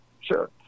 Sure